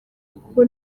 kuko